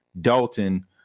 Dalton